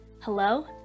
Hello